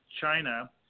China